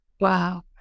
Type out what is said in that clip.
Wow